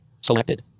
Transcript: Selected